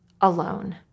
alone